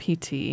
PT